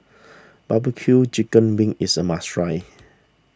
Barbecue Chicken Wings is a must try